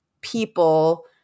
people